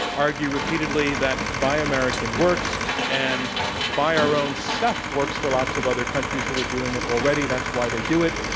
argue repeatedly that buy american works, and buy our own stuff works for lots of other countries who are doing it already, that's why they do it.